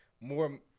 more